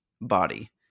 body